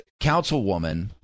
councilwoman